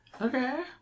Okay